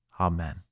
Amen